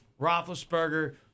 Roethlisberger